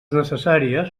necessàries